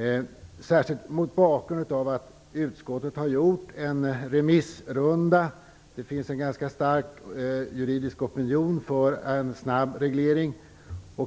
detta särskilt mot bakgrund av att uskottet har gjort en remissrunda. Det finns en ganska stark juridisk opinion för en snabb reglering.